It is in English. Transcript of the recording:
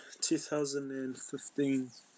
2015